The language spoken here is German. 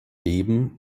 leben